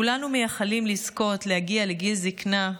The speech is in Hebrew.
כולנו מייחלים לזכות להגיע לגיל זקנה,